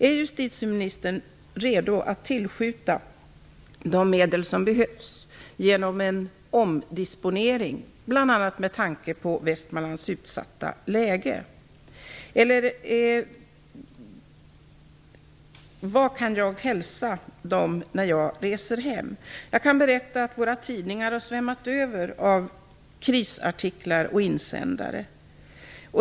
Är justitieministern redo att tillskjuta de medel som behövs genom en omdisponering, bl.a. med tanke på Västmanlands utsatta läge, eller vad kan jag hälsa de här människorna när jag kommer hem? Våra tidningar har svämmat över av krisartiklar och insändare.